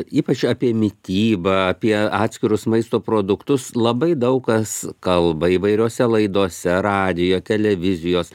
ypač apie mitybą apie atskirus maisto produktus labai daug kas kalba įvairiose laidose radijo televizijos